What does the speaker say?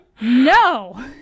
No